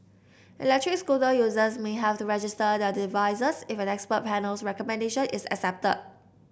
electric scooter users may have to register their devices if an expert panel's recommendation is accepted